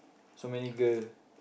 so many girl